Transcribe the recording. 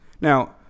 Now